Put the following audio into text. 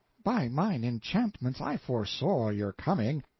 by mine enchantments i foresaw your coming,